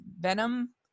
Venom